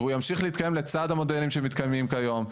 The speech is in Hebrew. והוא ימשיך להתקיים לצד המודלים שמתקיימים כיום,